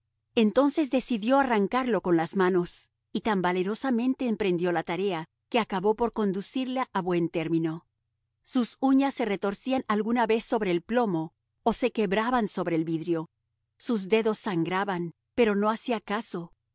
entonces decidió arrancarlo con las manos y tan valerosamente emprendió la tarea que acabó por conducirla a buen término sus uñas se retorcían alguna vez sobre el plomo o se quebraban sobre el vidrio sus dedos sangraban pero no hacía caso